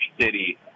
city